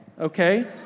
okay